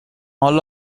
all